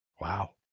wow